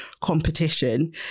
competition